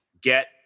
get